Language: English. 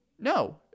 No